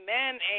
amen